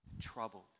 troubled